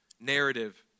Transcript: narrative